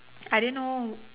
I didn't know